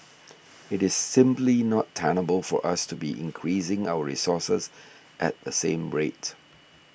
it is simply not tenable for us to be increasing our resources at the same rate